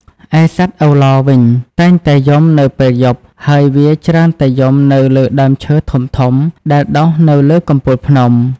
ឯសត្វឪឡវិញ តែងតែយំនៅពេលយប់ ហើយវាច្រើនតែយំនៅលើដើមឈើធំៗដែលដុះនៅលើកំពូលភ្នំ។